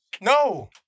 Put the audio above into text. No